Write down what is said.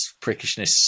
prickishness